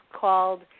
called